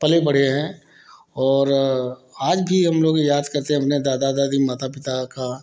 पले बढ़े हैं और आज भी हम लोग याद करते हैं अपने दादा दादी माता पिता का